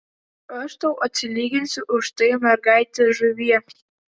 aš tau atsilyginsiu už tai mergaite žuvie